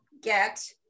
get